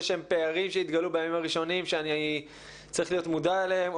שהם פערים שהתגלו בימים הראשונים שאני צריך להיות מודע להם,